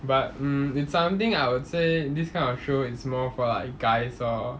but mm it's something I would say this kind of show is more for like guys lor